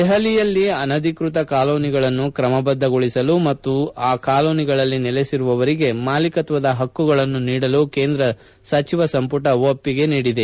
ದೆಹಲಿಯಲ್ಲಿ ಅನಧಿಕೃತ ಕಾಲೋನಿಗಳನ್ನು ತ್ರಮಬದ್ದಗೊಳಿಸಲು ಮತ್ತು ಈ ಕಾಲೋನಿಗಳಲ್ಲಿ ನೆಲೆಸಿರುವವರಿಗೆ ಮಾಲೀಕತ್ವದ ಹಕ್ಕುಗಳನ್ನು ನೀಡಲು ಕೇಂದ್ರ ಸಚಿವ ಸಂಪುಟ ಒಪ್ಪಿಗೆ ನೀಡಿದೆ